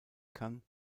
kann